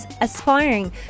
aspiring